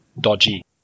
dodgy